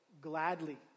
gladly